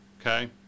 Okay